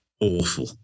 awful